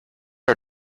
our